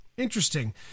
interesting